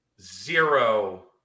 zero